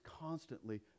constantly